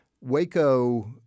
Waco